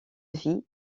vie